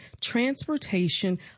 transportation